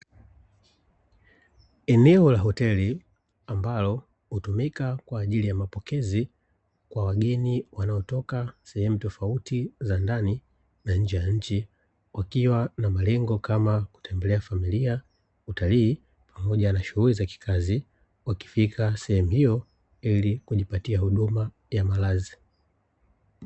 Eneo la hoteli ambalo hutumika kwa ajili ya mapokezi kwa wageni wanaotoka sehemu tofauti la ndani au nje ya nchi, wakiwa na malengo kama kutembelea familia, utalii pamoja na shughuli za kazi wakifika sehemu hiyo ili kujipatia huduma ya malazi.